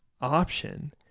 option